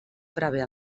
prevé